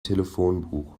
telefonbuch